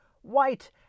white